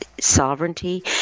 sovereignty